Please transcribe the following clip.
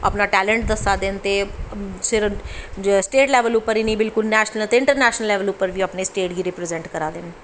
अपना टैलेंट दस्सा दे न ते स्टेट लैवल पर ते बिल्कुल नैशनल ते इंट्रनैशनल पर बी अपनी स्टेट गी रिप्रजैंट करा दे न